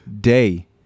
day